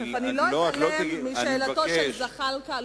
אני לא אתעלם משאלתו של חבר הכנסת זחאלקה.